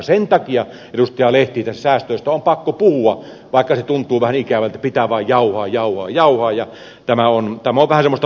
sen takia edustaja lehti näistä säästöistä on pakko puhua vaikka se tuntuu vähän ikävältä että pitää vaan jauhaa jauhaa ja jauhaa ja tämä on vähän semmoista vaikertamisen luontoista